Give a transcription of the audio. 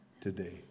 today